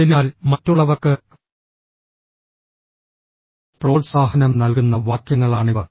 അതിനാൽ മറ്റുള്ളവർക്ക് പ്രോത്സാഹനം നൽകുന്ന വാക്യങ്ങളാണിവ